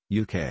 UK